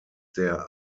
der